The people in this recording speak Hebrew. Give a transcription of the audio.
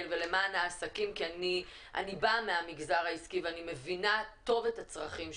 ולמען העסקים כי אני באה מהמגזר העסקי ואני מבינה טוב את הצרכים שלהם,